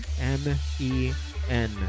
M-E-N